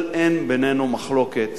אבל אין בינינו מחלוקת